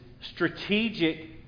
strategic